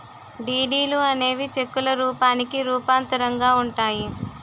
డీడీలు అనేవి చెక్కుల రూపానికి రూపాంతరంగా ఉంటాయి